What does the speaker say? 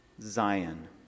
Zion